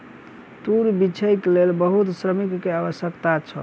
तूर बीछैक लेल बहुत श्रमिक के आवश्यकता छल